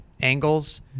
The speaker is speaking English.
angles